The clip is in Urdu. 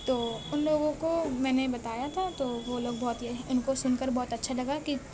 تو ان لوگوں کو میں نے بتایا تھا تو وہ لوگ بہت ہی ان کو سن کر بہت اچھا لگا کہ